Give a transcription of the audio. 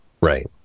Right